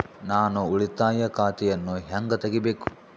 ನಾನು ಉಳಿತಾಯ ಖಾತೆಯನ್ನು ಹೆಂಗ್ ತಗಿಬೇಕು?